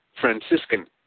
Franciscan